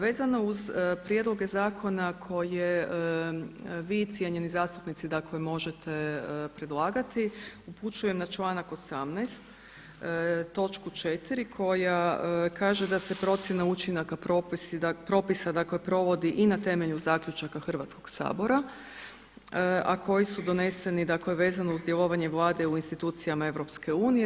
Vezano uz prijedloge zakona koje vi cijenjeni zastupnici, dakle možete predlagati upućujem na članak 18. točku 4. koja kaže da se procjena učinaka propisa, dakle provodi i na temelju zaključaka Hrvatskog sabora, a koji su doneseni, dakle vezano uz djelovanje Vlade u institucijama EU.